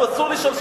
לנו אסור לשאול,